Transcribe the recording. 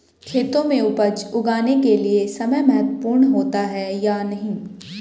खेतों में उपज उगाने के लिये समय महत्वपूर्ण होता है या नहीं?